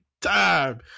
time